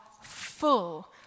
full